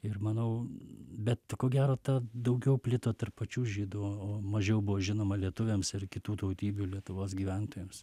ir manau bet ko gero ta daugiau plito tarp pačių žydų o mažiau buvo žinoma lietuviams ir kitų tautybių lietuvos gyventojams